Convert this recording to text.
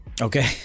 Okay